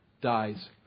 dies